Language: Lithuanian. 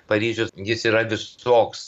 paryžius jis yra visoks